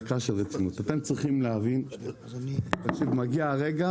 אתם צריכים להבין שמגיע הרגע,